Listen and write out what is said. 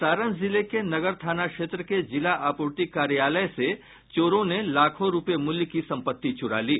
सारण जिले के नगर थाना क्षेत्र के जिला आपूर्ति कार्यालय से चोरों ने लाखों रुपये मूल्य की संपत्ति चुरा ली